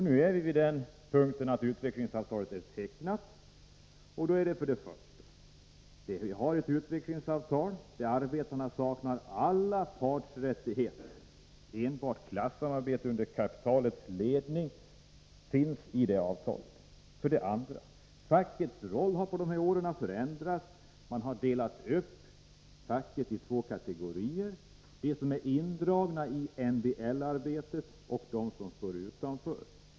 Nu är ett utvecklingsavtal tecknat, ett avtal där arbetarna saknar alla partsrättigheter. Enbart klassamarbete under kapitalets ledning står att finna i det avtalet. Fackets roll har under de här åren förändrats. Man har delat upp facket i två kategorier — de som är indragna i MBL-arbetet och de som står utanför.